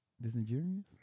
Disingenuous